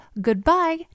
goodbye